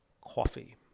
coffee